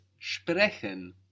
sprechen